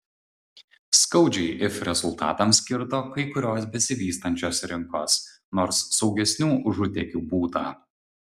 skaudžiai if rezultatams kirto kai kurios besivystančios rinkos nors saugesnių užutėkių būta